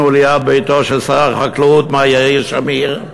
ליד ביתו של שר החקלאות מר יאיר שמיר,